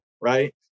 Right